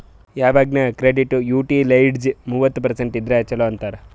ಯವಾಗ್ನು credit utilized ಮೂವತ್ತ percent ಇದ್ದುರ ಛಲೋ ಅಂತಾರ್